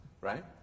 right